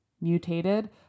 mutated